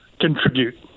contribute